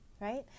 right